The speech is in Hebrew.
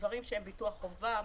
דברים כמו ביטוח חובה,